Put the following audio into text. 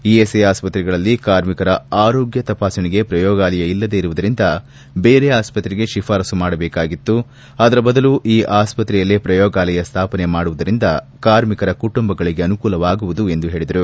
ESI ಆಸ್ಪತ್ರೆಗಳಲ್ಲಿ ಕಾರ್ಮಿಕರ ಆರೋಗ್ಯ ತಪಾಸಣೆಗೆ ಪ್ರಯೋಗಾಲಯ ಇಲ್ಲದೇ ಇರುವುದರಿಂದ ಬೇರೆ ಆಸ್ಪತ್ರೆಗೆ ಶಿಫಾರಸ್ಲು ಮಾಡಬೇಕಾಗಿತ್ತು ಅದರ ಬದಲು ಆ ಆಸ್ಪತ್ರೆಯಲ್ಲೇ ಪ್ರಯೋಗಾಲಯ ಸ್ವಾಪನೆ ಮಾಡುವುದಿರಂದ ಕಾರ್ಮಿಕರ ಕುಟುಂಬಗಳಿಗೆ ಅನುಕೂಲವಾಗುವುದು ಎಂದು ಹೇಳಿದರು